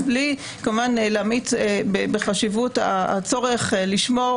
בלי כמובן להמעיט בחשיבות הצורך לשמור